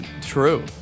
True